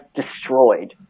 destroyed